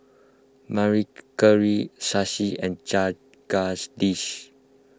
Mary Shashi and Jagadish